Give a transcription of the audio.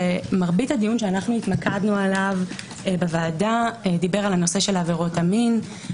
שמרבית הדיון שהתמקדנו בו בוועדה דיבר על נושא עבירות המין,